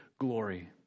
glory